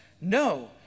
No